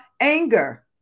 anger